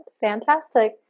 Fantastic